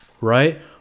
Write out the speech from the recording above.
right